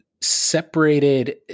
separated